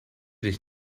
dich